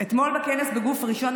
אתמול בכנס בגוף ראשון,